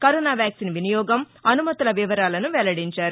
corona vaccine వినియోగం అనుమతుల వివరాలను వెల్లడించారు